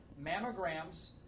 Mammograms